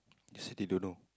they said they don't know